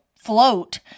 float